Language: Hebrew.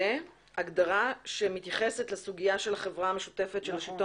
הגדרה שמתייחסת לסוגיה של החברה המשותפת של השלטון